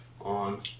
on